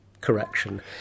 correction